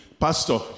Pastor